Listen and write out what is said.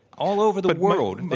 all over the world, and but